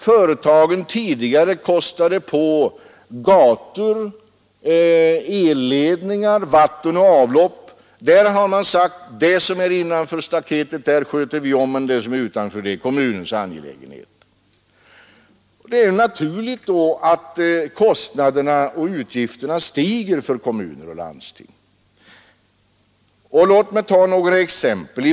Företagen som tidigare kostade på gator, elledningar, vatten och avlopp, har sagt: ”Det som är innanför staket sköter vi om, men det som är utanför är kommunens angelägenhet.” Det är då naturligt att kostnaderna stiger för kommuner och landsting. Låt mig ta några exempel.